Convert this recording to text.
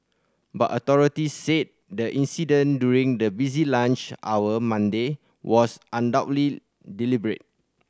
but authorities said the incident during the busy lunch hour Monday was undoubtedly deliberate